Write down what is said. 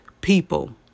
people